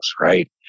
right